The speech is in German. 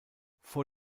vor